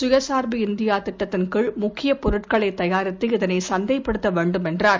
சுய சார்பு இந்தியா திட்டத்தின் கீழ முக்கிய பொருட்களை தயாரித்து இதனை சந்தைப்படுத்த வேண்டும் என்றார்